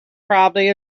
probably